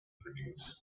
produce